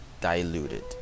diluted